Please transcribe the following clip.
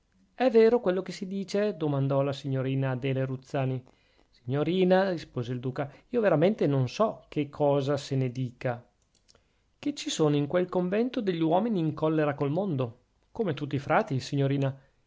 è vero quello che se ne dice domandò la signorina adele ruzzani signorina rispose il duca io veramente non so che cosa se ne dica che ci sono in quel convento degli uomini in collera col mondo come tutti i frati signorina